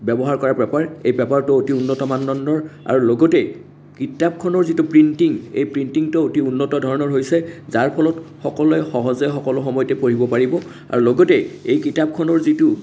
ব্য়ৱহাৰ কৰা পেপাৰ এই পেপাৰটো অতি উন্নত মানদণ্ডৰ আৰু লগতে কিতাপখনৰ যিটো প্ৰিণ্টিং এই প্ৰিণ্টিংটো অতি উন্নত ধৰণৰ হৈছে যাৰ ফলত সকলোৱে সহজে সকলো সময়তে পঢ়িব পাৰিব আৰু লগতে এই কিতাপখনৰ যিটো